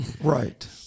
Right